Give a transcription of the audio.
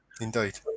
Indeed